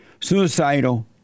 suicidal